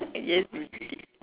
yes you did